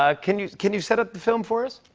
ah can you can you set up the film for us?